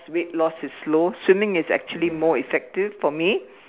weight loss is slow swimming is actually more effective for me